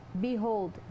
Behold